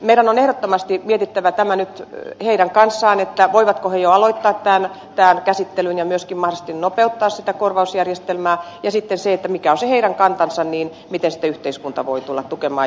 meidän on ehdottomasti mietittävä tämä nyt heidän kanssaan voivatko he jo aloittaa tämän käsittelyn ja mahdollisesti myös nopeuttaa sitä korvausjärjestelmää ja mikä on sitten heidän kantansa ja miten yhteiskunta voi tulla tukemaan